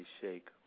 shake